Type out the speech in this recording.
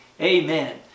Amen